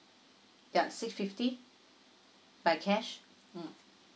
ya six fifty by cash mm